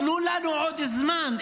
תנו לנו עוד זמן,